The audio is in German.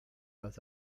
als